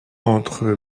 entre